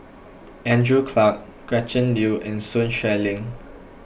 Andrew Clarke Gretchen Liu and Sun Xueling